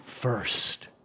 first